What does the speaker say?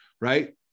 Right